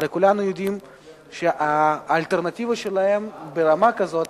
הרי כולנו יודעים שהאלטרנטיבה שלהם, ברמה כזאת